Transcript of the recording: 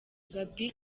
gaby